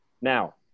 Now